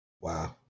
Wow